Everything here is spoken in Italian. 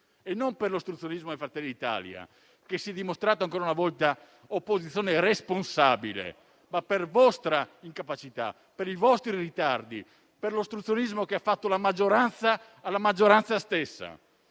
e non per l'ostruzionismo di Fratelli d'Italia, che si è dimostrata ancora una volta opposizione irresponsabile, ma per vostra incapacità, per i vostri ritardi, per l'ostruzionismo che la maggioranza ha fatto alla maggioranza stessa.